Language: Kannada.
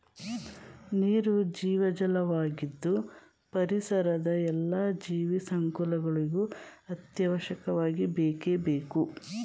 ನೀರು ಜೀವಜಲ ವಾಗಿದ್ದು ಪರಿಸರದ ಎಲ್ಲಾ ಜೀವ ಸಂಕುಲಗಳಿಗೂ ಅತ್ಯವಶ್ಯಕವಾಗಿ ಬೇಕೇ ಬೇಕು